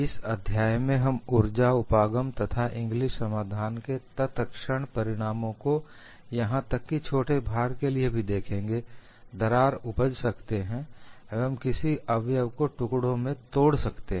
इस अध्याय में हम उर्जा उपागम तथा इंग्लिस समाधान के तत्क्षण परिणामों को यहां तक की छोटे भार के लिए भी देखेंगे दरार उपज सकते है एवं किसी अवयव को टुकड़ों में तोड़ सकते हैं